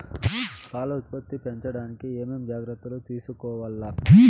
పాల ఉత్పత్తి పెంచడానికి ఏమేం జాగ్రత్తలు తీసుకోవల్ల?